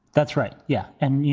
that's right. yeah. and, you